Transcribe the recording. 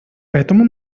поэтому